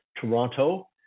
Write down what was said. Toronto